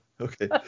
okay